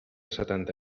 setanta